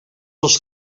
els